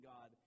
God